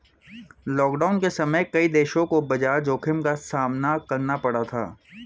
lockdown के समय कई देशों को बाजार जोखिम का सामना करना पड़ा था